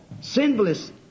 sinless